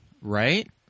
right